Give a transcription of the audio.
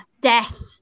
death